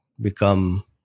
become